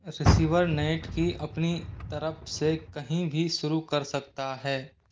receiver net की अपनी तरफ से कहीं भी शुरू कर सकता है